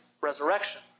resurrection